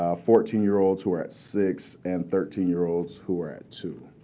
ah fourteen year olds, who were at six, and thirteen year olds, who are at two.